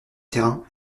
terrain